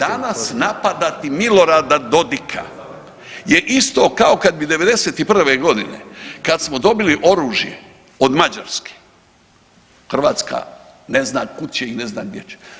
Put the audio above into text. Da, danas napadati Milorada Dodika je isto kao kad bi '91.g. kad smo dobili oružje od Mađarske, Hrvatska ne zna kud će i ne zna gdje će.